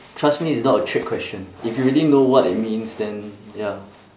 trust me it's not a trick question if you really know what it means then ya